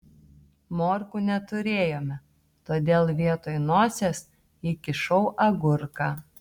morkų neturėjome todėl vietoj nosies įkišau agurką